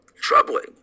troubling